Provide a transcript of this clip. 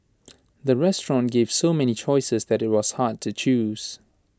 the restaurant gave so many choices that IT was hard to choose